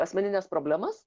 asmenines problemas